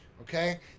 okay